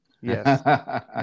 Yes